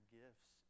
gifts